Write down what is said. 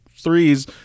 threes